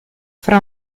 fra